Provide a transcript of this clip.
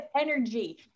energy